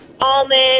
almond